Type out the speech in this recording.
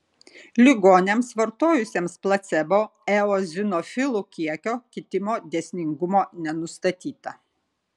ligoniams vartojusiems placebo eozinofilų kiekio kitimo dėsningumo nenustatyta